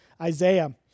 Isaiah